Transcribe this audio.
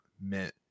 meant